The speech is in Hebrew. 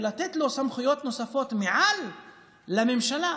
ולתת לו סמכויות נוספות מעל לממשלה.